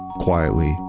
quietly,